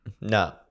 no